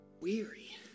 weary